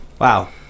Wow